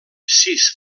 sis